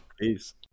Peace